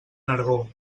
nargó